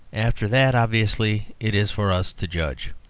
after that, obviously, it is for us to judge.